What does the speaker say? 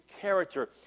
character